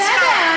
בסדר.